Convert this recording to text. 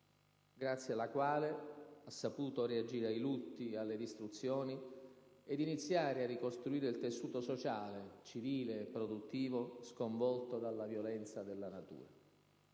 grazie alla quale ha saputo reagire ai lutti e alle distruzioni ed iniziare a ricostruire il tessuto sociale, civile e produttivo sconvolto dalla violenza della natura.